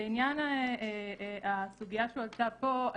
לעניין הסוגיה שהועלתה פה.